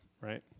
right